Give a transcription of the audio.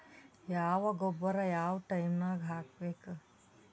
ಯಾವ ಗೊಬ್ಬರ ಯಾವ ಟೈಮ್ ನಾಗ ಹಾಕಬೇಕು?